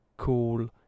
cool